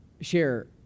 Share